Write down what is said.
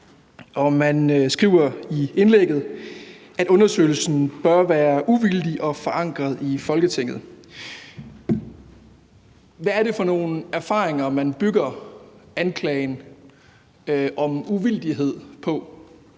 man skriver i indlægget, at undersøgelsen bør være uvildig og forankret i Folketinget. Hvad er det for nogle erfaringer, man bygger anklagen om uvildighed på?